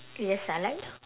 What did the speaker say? yes I like